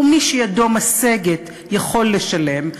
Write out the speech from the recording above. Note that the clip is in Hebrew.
ומי שידו משגת יכול לשלם,